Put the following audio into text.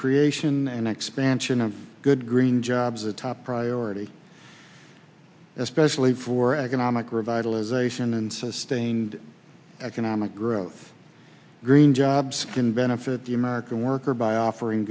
creation and expansion of good green jobs a top prize already especially for economic revitalization and sustained economic growth green jobs can benefit the american worker by offering